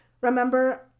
Remember